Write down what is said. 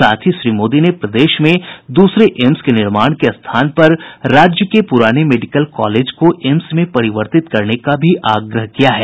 साथ ही श्री मोदी ने प्रदेश में दूसरे एम्स के निर्माण के स्थान पर राज्य के पुराने मेडिकल कॉलेज को एम्स में परिवर्तित करने का भी आग्रह किया है